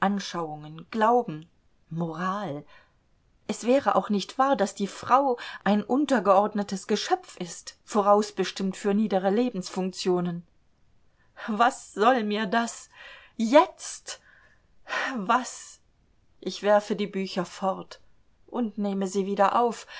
glauben moral es wäre auch nicht wahr daß die frau ein untergeordnetes geschöpf ist vorausbestimmt für niedere lebensfunktionen was soll mir das jetzt was ich werfe die bücher fort und nehme sie wieder auf